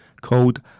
called